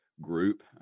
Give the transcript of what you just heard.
group